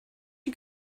you